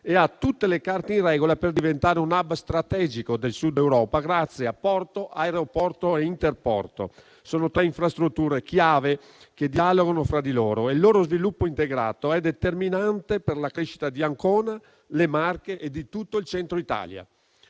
e ha tutte le carte in regola per diventare un *hub* strategico del Sud Europa grazie a porto, aeroporto e interporto. Sono tre infrastrutture chiave che dialogano fra di loro e il loro sviluppo integrato è determinante per la crescita di Ancona, delle Marche e di tutto il Centro Italia.